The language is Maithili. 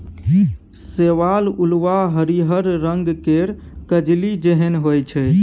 शैवाल उल्वा हरिहर रंग केर कजली जेहन होइ छै